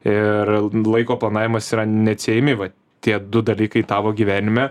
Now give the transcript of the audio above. ir laiko planavimas yra neatsiejami va tie du dalykai tavo gyvenime